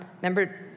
remember